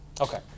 Okay